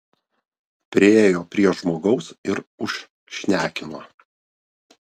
priėjo prie žmogaus ir užšnekino